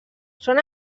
són